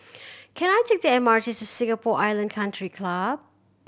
can I take the M R T to Singapore Island Country Club